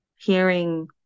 Hearing